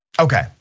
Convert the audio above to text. Okay